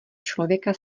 člověka